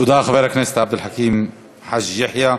תודה, חבר הכנסת עבד אל חכים חאג' יחיא.